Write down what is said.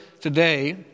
today